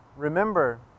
Remember